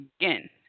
again